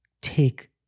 take